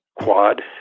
Quad